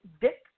Dick